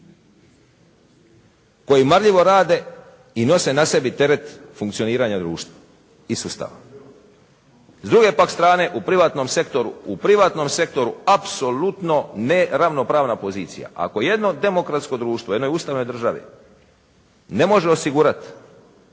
koji marljivo rade i nose na sebi teret funkcioniranja društva i sustava. S druge pak strane u privatnom sektoru apsolutno neravnopravna pozicija. Ako jedno demokratsko društvo u jednoj ustavnoj državi ne možeosgiurati